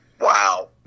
Wow